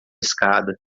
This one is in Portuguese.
escada